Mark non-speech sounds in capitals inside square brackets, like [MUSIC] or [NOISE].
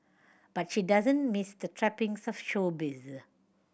but she doesn't miss the trappings [UNINTELLIGIBLE] showbiz